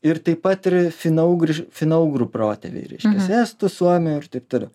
ir taip pat ir finougriš finougrų protėviai reiškias estų suomių ir taip toliau